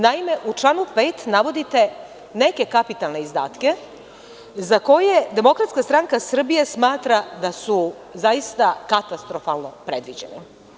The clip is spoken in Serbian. Naime, u članu 5. navodite neke kapitalne izdatke za koje DSS smatra da su zaista katastrofalno predviđeni.